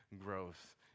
growth